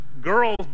girls